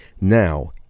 Now